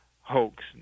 hoax